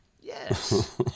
Yes